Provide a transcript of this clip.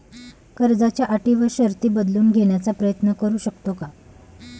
कर्जाच्या अटी व शर्ती बदलून घेण्याचा प्रयत्न करू शकतो का?